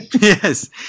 Yes